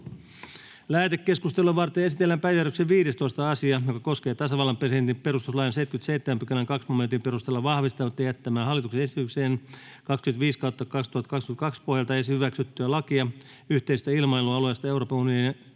Lähetekeskustelua varten esitellään päiväjärjestyksen 15. asia, joka koskee tasavallan presidentin perustuslain 77 §:n 2 momentin perusteella vahvistamatta jättämää hallituksen esityksen 25/2022 vp pohjalta hyväksyttyä lakia yhteisestä ilmailualueesta Euroopan unionin